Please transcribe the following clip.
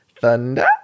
thunder